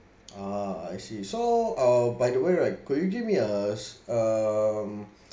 ah I see so uh by the way right could you give me a s~ um